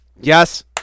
Yes